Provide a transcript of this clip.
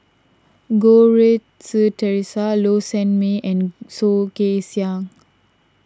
Goh Rui Si theresa Low Sanmay and Soh Kay Siang